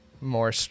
more